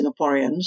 singaporeans